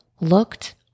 looked